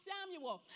Samuel